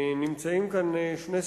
נמצאים כאן שני שרים,